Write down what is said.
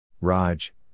Raj